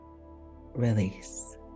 Release